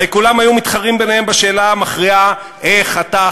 הרי כולם היו מתחרים ביניהם בשאלה המכריעה איך אתה,